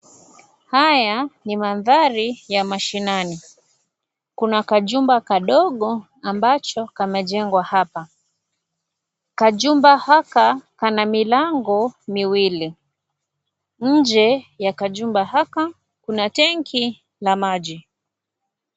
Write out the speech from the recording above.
Haya ni mandhari ya mashinani kuna kajumba kadogo ambacho kamejengwa hapa kajumba haka kana milango miwili nje ya kajumba haka kuna tenki la maji.